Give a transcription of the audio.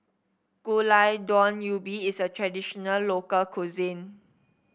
Gulai Daun Ubi is a traditional local cuisine